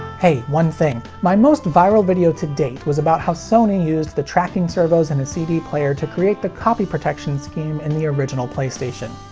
hey one thing, my most viral video to date was about how sony used the tracking servos in a cd player to create the copy protection scheme in the original playstation.